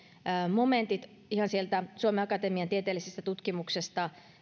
momentit ihan sieltä suomen akatemian tieteellisestä tutkimuksesta